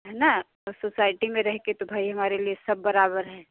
हैं ना तो सोसाइटी में रहके तो भाई हमारे लिए सब बराबर है